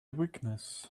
weakness